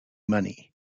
money